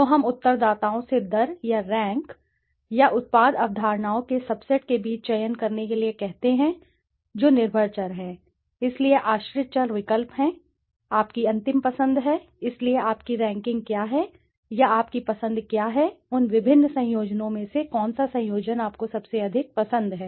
तो हम उत्तरदाताओं से दर या रैंक या रैंक या उत्पाद अवधारणाओं के सबसेट के बीच चयन करने के लिए कहते हैं जो निर्भर चर हैं इसलिए आश्रित चर विकल्प है आपकी अंतिम पसंद है इसलिए आपकी रैंकिंग क्या है या आपकी पसंद क्या है उन विभिन्न संयोजनों में से कौन सा संयोजन आपको सबसे अधिक पसंद है